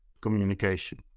communication